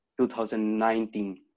2019